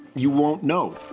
you won't know.